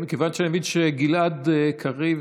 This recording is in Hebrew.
מכיוון שאני מבין שגלעד קריב,